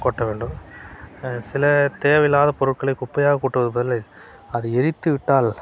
கொட்ட வேண்டும் சில தேவையில்லாத பொருட்களை குப்பையாக கொட்டுவதுக்கு பதில் அதை எரித்து விட்டால்